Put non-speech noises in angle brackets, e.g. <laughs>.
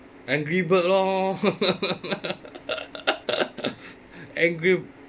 angry bird lor <laughs> angry